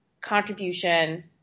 contribution